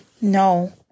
No